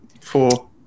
Four